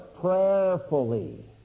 prayerfully